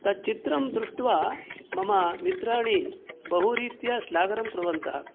तच्चित्रं दृष्ट्वा मम मित्राणि बहुरीत्या श्लाघनं कुर्वन्तः